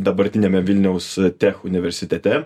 dabartiniame vilniaus tech universitete